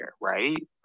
right